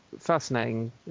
fascinating